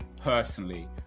personally